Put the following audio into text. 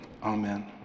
Amen